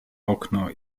okno